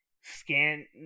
scan